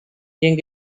எங்க